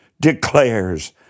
declares